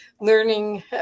learning